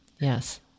yes